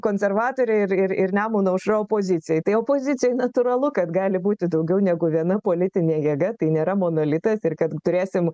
konservatoriai ir ir ir nemuno aušra opozicijoj tai opozicijoj natūralu kad gali būti daugiau negu viena politinė jėga tai nėra monolitas ir kad turėsim